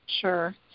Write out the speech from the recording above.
Sure